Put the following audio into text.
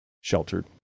sheltered